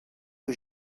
que